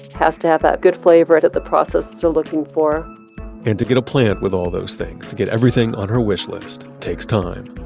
has to have that good flavor that the processes are looking for and to get a plant with all those things, to get everything on her wishlist, takes time.